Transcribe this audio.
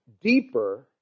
deeper